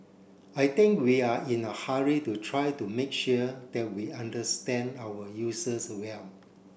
I think we are in a hurry to try to make sure that we understand our users well